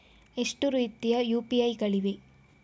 ಎಷ್ಟು ರೀತಿಯ ಯು.ಪಿ.ಐ ಗಳಿವೆ?